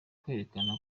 kwerekana